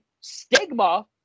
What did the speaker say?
stigma